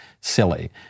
silly